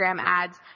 ads